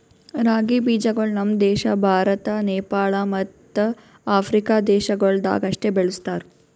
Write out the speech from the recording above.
ರಾಗಿ ಬೀಜಗೊಳ್ ನಮ್ ದೇಶ ಭಾರತ, ನೇಪಾಳ ಮತ್ತ ಆಫ್ರಿಕಾ ದೇಶಗೊಳ್ದಾಗ್ ಅಷ್ಟೆ ಬೆಳುಸ್ತಾರ್